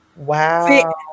Wow